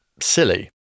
silly